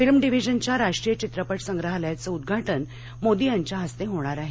films डिव्हिजनच्या राष्ट्रीय चित्रपट संग्रहालयाचं उद्घाटन मोदी यांच्या हस्ते होणार आहे